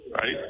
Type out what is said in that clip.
right